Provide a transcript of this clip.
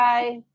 Bye